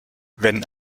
wenn